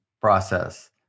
process